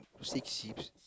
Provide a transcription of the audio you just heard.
six seats